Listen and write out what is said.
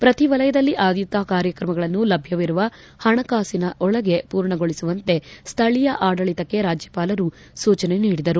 ಪ್ರತಿ ವಲಯದಲ್ಲಿ ಆದ್ಯತಾ ಕಾರ್ಯಕ್ರಮಗಳನ್ನು ಲಭ್ಜವಿರುವ ಹಣಕಾಸಿನೊಳಗೆ ಪೂರ್ಣಗೊಳಿಸುವಂತೆ ಸ್ವೀಯ ಆಡಳಿತಕ್ಕೆ ರಾಜ್ಯಪಾಲರು ಸೂಚನೆ ನೀಡಿದರು